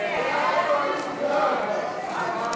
סעיף 47,